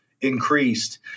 increased